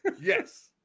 yes